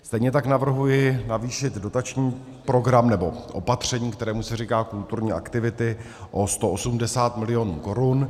Stejně tak navrhuji navýšit dotační program, nebo opatření, kterému se říká kulturní aktivity o 180 milionů korun.